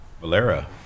Valera